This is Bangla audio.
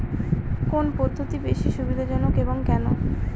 কোন পদ্ধতি বেশি সুবিধাজনক এবং কেন?